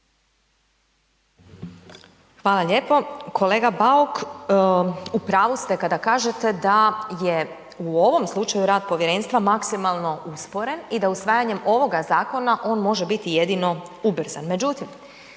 Hvala lijepo. Kolega Bauk, u pravu ste kada kažete da je u ovom slučaju rad povjerenstva maksimalno usporen i da usvajanjem ovoga zakona on može biti jedino ubrzan.